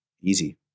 Easy